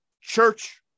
church